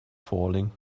falling